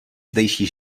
zdejší